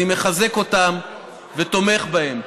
אני מחזק אותם ותומך בהם.